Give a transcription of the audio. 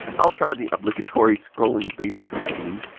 i'll try the obligatory scrolling basic routine.